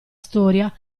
storia